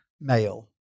male